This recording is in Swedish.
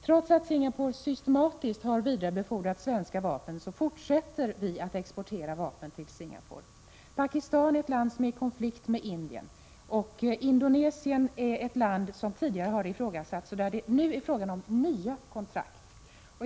Trots att Singapore systematiskt har vidarebefordrat svenska vapen så fortsätter vi att exportera vapen dit. Pakistan är ett land som är i konflikt med Indien. När det gäller Indonesien har vapenexporten tidigare ifrågasatts, och där är det nu fråga om nya kontrakt.